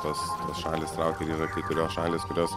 tas šalys traukia ir yra kai kurios šalys kurios